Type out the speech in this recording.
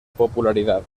popularidad